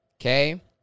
Okay